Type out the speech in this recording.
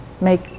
make